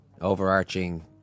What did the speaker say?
overarching